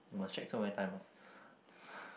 you must check so many times ah